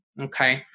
okay